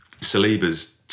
Saliba's